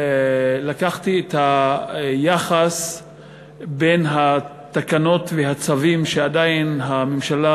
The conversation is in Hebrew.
לקחתי את היחס בין התקנות והצווים שעדיין הממשלה